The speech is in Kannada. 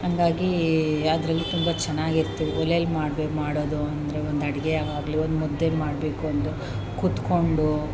ಹಂಗಾಗಿ ಅದರಲ್ಲಿ ತುಂಬ ಚೆನ್ನಾಗಿತ್ತು ಒಲೆಯಲ್ಲಿ ಮಾಡ್ಬೇಕು ಮಾಡೋದು ಅಂದರೆ ಒಂದು ಅಡುಗೆ ಯಾವಾಗೂ ನಿಂತೇ ಮಾಡಬೇಕು ಒಂದು ಕೂತ್ಕೊಂಡು